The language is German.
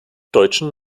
deutschen